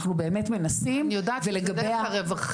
אנחנו באמת מנסים ולגבי ה- -- אני יודעת לגבי הרווחה.